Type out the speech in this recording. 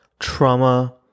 Trauma